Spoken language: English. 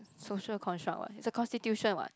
social construct what it's a constitution what